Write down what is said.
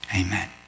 Amen